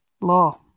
law